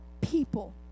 people